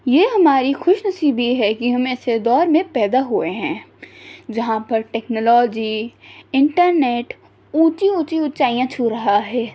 یہ ہماری خوش نصیبی ہے کہ ہم ایسے دور میں پیدا ہوئے ہیں جہاں پر ٹیکنالوجی انٹرنیٹ اونچی اونچی اونچائیاں چھو رہا ہے